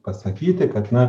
pasakyti kad na